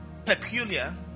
peculiar